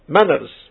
manners